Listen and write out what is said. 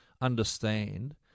understand